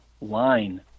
line